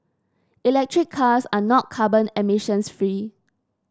electric cars are not carbon emissions free